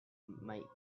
might